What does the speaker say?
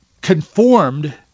conformed